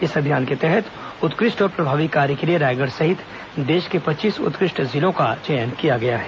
इस अभियान के तहत उत्कृष्ट और प्रभावी कार्य के लिए रायगढ़ सहित देश के पच्चीस उत्कृष्ट जिलों का चयन किया गया है